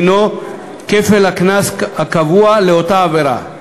דינו כפל הקנס הקבוע לאותה עבירה,